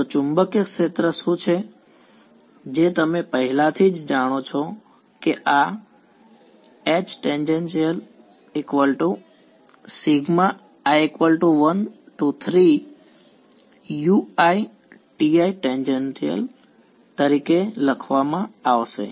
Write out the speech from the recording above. તો ચુંબકીય ક્ષેત્ર શું છે જે તમે પહેલાથી જ જાણો છો કે આ Hi13uiTi તરીકે લખવામાં આવશે